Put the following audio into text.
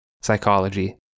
psychology